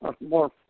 more